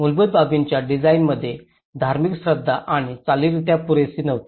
मूलभूत बाबींच्या डिझाइनमध्ये धार्मिक श्रद्धा आणि चालीरिती पुरेसे नव्हती